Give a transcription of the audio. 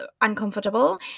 uncomfortable